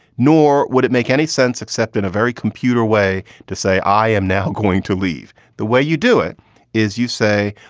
nor would it make any sense, except in a very computer way to say i am now going to leave. the way you do it is you say,